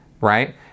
right